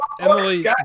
Emily